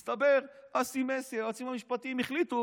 ומסתבר, אסי מסינג, היועצים המשפטיים, החליטו